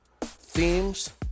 themes